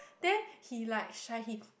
then he like shy him